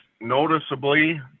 noticeably